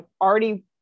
already